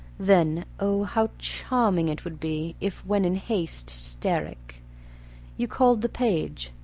then, oh, how charming it would be if, when in haste hysteric you called the page,